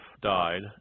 died